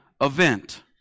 event